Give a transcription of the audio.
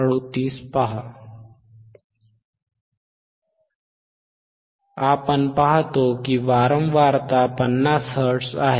आपण पाहतो की वारंवारता 50 हर्ट्झ आहे